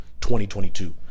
2022